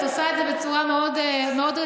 את עושה את זה בצורה מאוד רצינית.